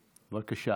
בבקשה.